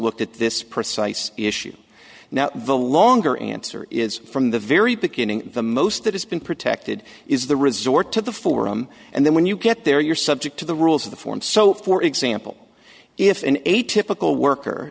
looked at this precise issue now the longer answer is from the very beginning the most that has been protected is the resort to the forum and then when you get there you're subject to the rules of the form so for example if an atypical worker